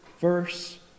Verse